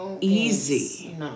easy